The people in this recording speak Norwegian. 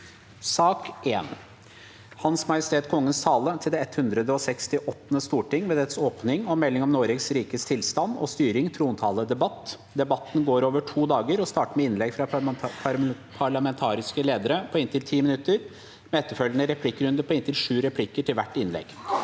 Hans Majestet Kongens tale til det 168. storting ved dets åpning og melding om Noregs rikes tilstand og sty- ring (trontaledebatt) Presidenten Debatten går over to dager og starter med innlegg fra parlamentariske ledere på inntil 10 minutter, med etterfølgende replikkrunde på inntil sju replikker til hvert innlegg.